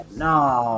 no